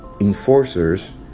enforcers